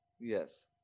Yes